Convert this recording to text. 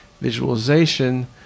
visualization